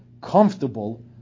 comfortable